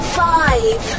five